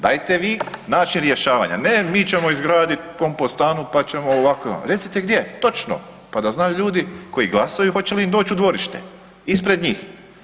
Dajte vi način rješavanja, ne mi ćemo izgradit kompostanu pa ćemo ovako i onako, recite gdje, točno pa da znaju ljudi koji glasaju hoće li im doći u dvorište, ispred njih?